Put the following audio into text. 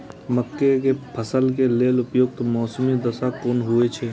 मके के फसल के लेल उपयुक्त मौसमी दशा कुन होए छै?